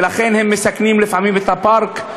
ולכן הם מסכנים לפעמים את הפארק,